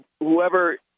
whoever